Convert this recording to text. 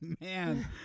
man